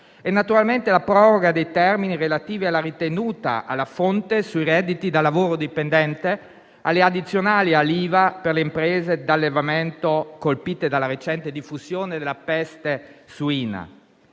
naturalmente la proroga dei termini relativi alla ritenuta alla fonte sui redditi da lavoro dipendente, alle addizionali e all'IVA per le imprese d'allevamento colpite dalla recente diffusione della peste suina.